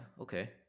okay